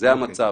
זה המצב.